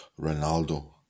Ronaldo